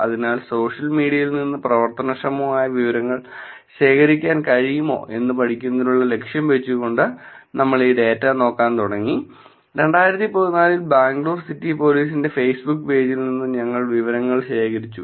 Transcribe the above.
അതിനാൽ സോഷ്യൽ മീഡിയയിൽ നിന്ന് പ്രവർത്തനക്ഷമമായ വിവരങ്ങൾ ശേഖരിക്കാൻ കഴിയുമോ എന്ന് പഠിക്കുന്നതിനുള്ള ലക്ഷ്യം വെച്ചുകൊണ്ട് നമ്മൾ ഈ ഡാറ്റ നോക്കാൻ തുടങ്ങി 2014 ൽ ബാംഗ്ലൂർ സിറ്റി പോലീസിന്റെ ഫേസ്ബുക്ക് പേജിൽ നിന്ന് ഞങ്ങൾ വിവരങ്ങൾ ശേഖരിച്ചു